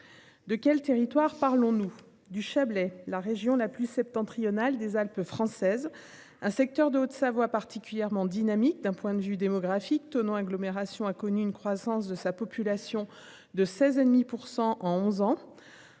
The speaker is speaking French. De quel territoire parlons-nous du Chablais, la région la plus septentrionale des Alpes françaises. Un secteur de Haute-Savoie particulièrement dynamique d'un point de vue démographique tenant agglomération a connu une croissance de sa population de 16 et demi